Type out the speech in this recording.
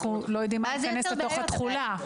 לא יודעים איך להיכנס לתוך התחולה.